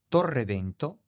Torrevento